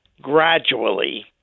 gradually